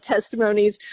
testimonies